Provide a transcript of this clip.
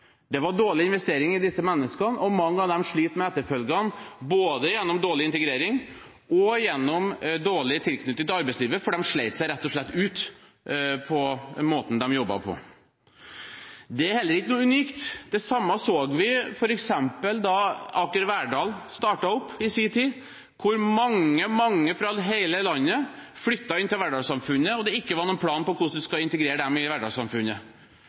Det var dårlig investering i disse menneskene, og mange av dem sliter med ettervirkningene både av dårlig integrering og av dårlig tilknytning til arbeidslivet, for de slet seg rett og slett ut på måten de jobbet på. Det er heller ikke noe unikt. Det samme så vi f.eks. da Aker Verdal startet opp i sin tid, da mange, mange fra hele landet flyttet inn til Verdal-samfunnet og det ikke var noen plan for hvordan man skulle integrere dem i